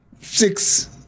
six